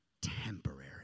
temporary